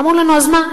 אמרו לנו: אז מה?